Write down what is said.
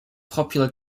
popular